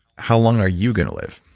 how long are you going to live?